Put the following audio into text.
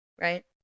right